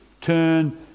Turn